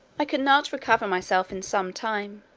i could not recover myself in some time,